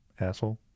asshole